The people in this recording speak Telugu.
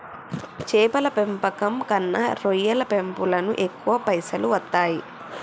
చేపల పెంపకం కన్నా రొయ్యల పెంపులను ఎక్కువ పైసలు వస్తాయి